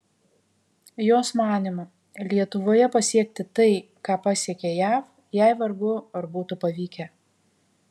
jos manymu lietuvoje pasiekti tai ką pasiekė jav jai vargu ar būtų pavykę